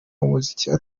umuziki